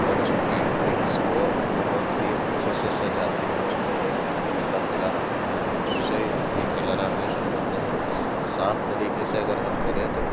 اور اس پینٹنگس کو بہت ہی اچھے سے سجاتے ہیں اس میں ایک پانی والا کلر آتا ہے ہم اس سے ہی کلر ہمیشہ کرتے ہیں صاف طریقے سے اگر ہم کریں تو